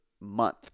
month